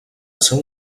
seu